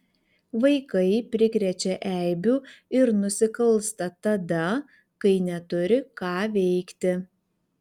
vaikai prikrečia eibių ir nusikalsta tada kai neturi ką veikti